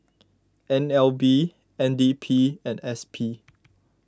N L B N D P and S P